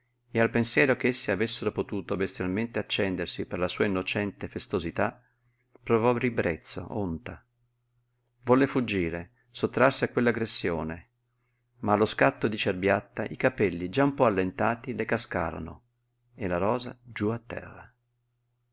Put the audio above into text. e al pensiero ch'essi avessero potuto bestialmente accendersi per la sua innocente festosità provò ribrezzo onta volle fuggire sottrarsi a quell'aggressione ma allo scatto di cerbiatta i capelli già un po allentati le cascarono e la rosa giú a terra